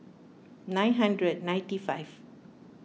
nine hundred ninety five